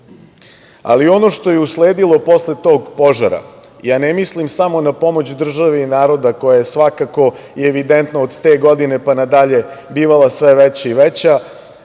Ono što je usledilo posle tog požara, ja ne mislim samo na pomoć države i naroda koja je svakako i evidentno od te godine pa na dalje bivala sve veća i veća,